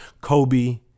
Kobe